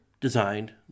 designed